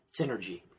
Synergy